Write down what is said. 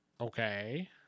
Okay